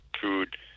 food